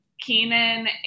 Keenan